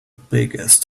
biggest